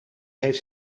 heeft